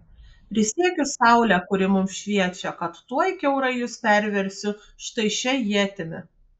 prisiekiu saule kuri mums šviečia kad tuoj kiaurai jus perversiu štai šia ietimi